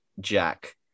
Jack